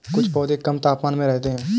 कुछ पौधे कम तापमान में रहते हैं